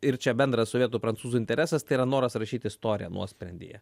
ir čia bendras sovietų prancūzų interesas tai yra noras rašyt istoriją nuosprendyje